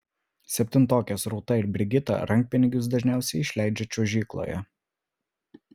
septintokės rūta ir brigita rankpinigius dažniausiai išleidžia čiuožykloje